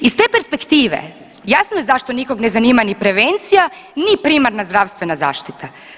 Iz te perspektive, jasno je zašto nikog ne zanima ni prevencija ni primarna zdravstvena zaštita.